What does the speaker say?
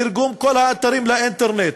תרגום כל האתרים באינטרנט,